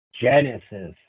genesis